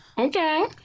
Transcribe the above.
Okay